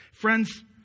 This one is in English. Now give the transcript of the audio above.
Friends